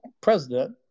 president